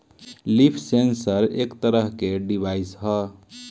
leaf sensor एक तरह के के डिवाइस ह